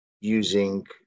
using